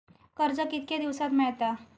कर्ज कितक्या दिवसात मेळता?